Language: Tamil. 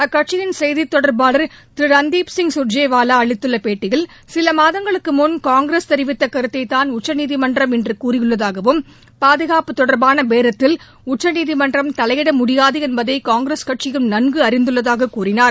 அக்கட்சியின் செய்தி தொடர்பாளர் திரு ரந்தீப் சிங் சுர்ஜிவாவா அளித்துள்ள பேட்டியில் சில மாதங்களுக்கு முன் காங்கிரஸ் தெரிவித்த கருத்தைதான் உச்சநீதிமன்றம் இன்று கூறியுள்ளதாகவும் பாதுகாப்பு தொடர்பாள பேரத்தில் உச்சநீதிமன்றம் தலையிட முடியாது என்பதை காங்கிரஸ் கட்சியும் நன்கு அறிந்துள்ளதாக கூறினார்